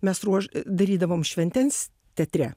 mes ruoš darydavom šventėns teatre